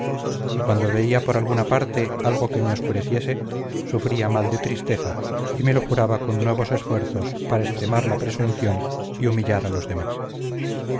y cuando veía por alguna parte algo que me obscureciese sufría mal de tristeza y me lo curaba con nuevos esfuerzos para extremar la presunción y humillar a los demás